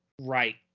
right